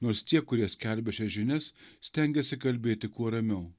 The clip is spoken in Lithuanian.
nors tie kurie skelbia šias žinias stengiasi kalbėti kuo ramiau